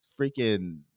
freaking